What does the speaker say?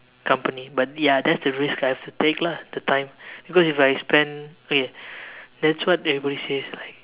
company but ya that's the risk I have to take lah the time because if I spend okay that's what everybody says like